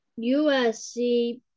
USC